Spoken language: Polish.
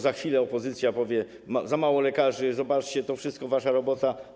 Za chwilę opozycja powie: jest za mało lekarzy, zobaczcie, to wszystko wasza robota.